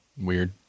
Weird